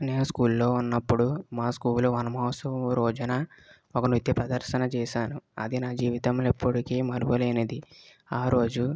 నేను స్కూలులో ఉన్నప్పుడు మా స్కూలు వన మహోత్సవం రోజున ఒక నృత్య ప్రదర్శన చేశాను అది నా జీవితంలో ఎప్పటికీ మరువలేనిది ఆ రోజు